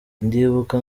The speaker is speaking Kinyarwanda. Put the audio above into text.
ndibuka